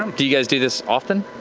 um do you guys do this often?